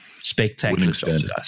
spectacular